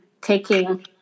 taking